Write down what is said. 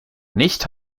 nicht